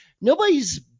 Nobody's